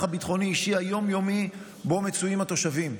הביטחוני-אישי היום-יומי שבו מצויים התושבים.